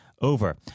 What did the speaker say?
over